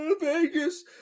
Vegas